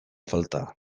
falta